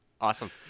Awesome